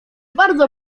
bardzo